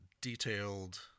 detailed